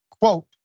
quote